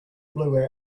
blue